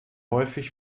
häufig